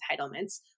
entitlements